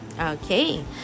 Okay